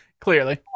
Clearly